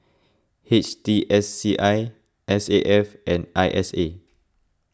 H T S C I S A F and I S A